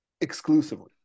exclusively